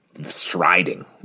Striding